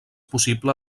possible